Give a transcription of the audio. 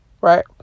right